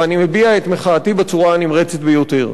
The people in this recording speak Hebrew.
ואני מביע את מחאתי בצורה הנמרצת ביותר.